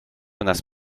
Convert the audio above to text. unas